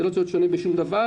זה לא צריך להיות שונה בשום דבר.